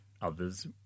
Others